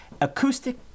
acoustic